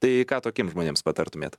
tai ką tokiems žmonėms patartumėt